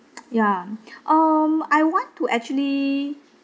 ya um I want to actually